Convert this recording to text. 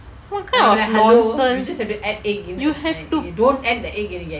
what kind of nonsense you have to